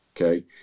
okay